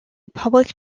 public